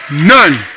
None